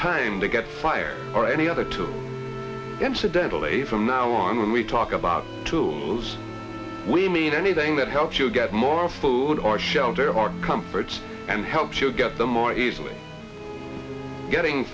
time to get fired or any other tool incidentally from now on when we talk about tools we mean anything that helps you get more food or shelter or comforts and helps you get them more easily getting